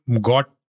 got